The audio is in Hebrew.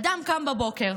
אדם קם בבוקר,